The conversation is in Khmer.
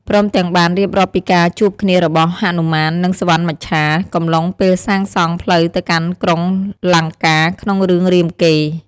ព្រមទាំងបាន រៀបរាប់ពីការជួបគ្នារបស់ ហនុមាន និង សុវណ្ណមច្ឆា កំឡុងពេលសាងសង់ផ្លូវទៅកាន់ក្រុងលង្កាក្នុង រឿងរាមកេរ្តិ៍។